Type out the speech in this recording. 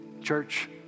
church